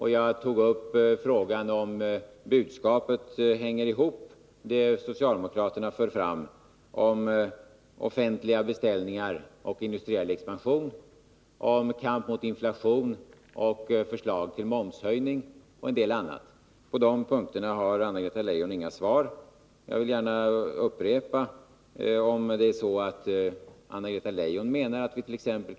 Hänger det budskap ihop som socialdemokraterna för fram och som handlar om offentliga beställningar och industriell expansion, om kamp mot inflation, förslag till momshöjning och en del annat? På de punkterna har Anna-Greta Leijon inga svar. Jag vill gärna upprepa min fråga: Menar Anna-Greta Leijon att vit.ex.